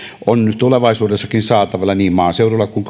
on tulevaisuudessakin saatavilla niin maaseudulla kuin